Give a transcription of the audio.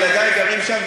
וילדי גרים שם,